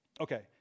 Okay